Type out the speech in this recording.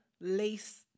lace